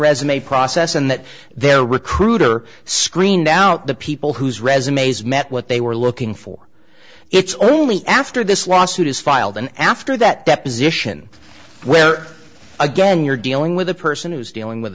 resume process and that their recruiter screened out the people whose resumes met what they were looking for it's only after this lawsuit is filed and after that deposition where again you're dealing with a person who's dealing with